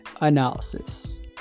analysis